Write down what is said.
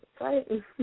Right